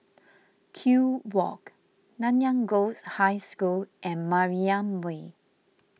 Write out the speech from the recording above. Kew Walk Nanyang Girls' High School and Mariam Way